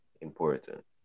important